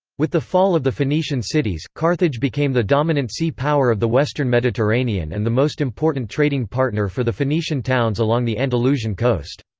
with the fall of the phoenician cities, carthage became the dominant sea power of the western mediterranean and the most important trading partner for the phoenician towns along the andalusian coast.